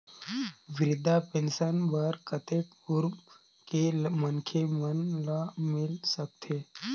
वृद्धा पेंशन बर कतेक उम्र के मनखे मन ल मिल सकथे?